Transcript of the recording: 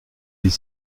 des